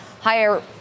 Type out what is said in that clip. higher